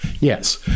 Yes